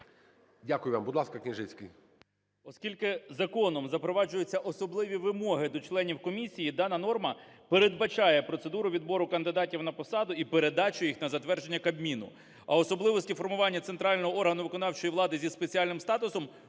Дякую вам. Будь ласка, Княжицький.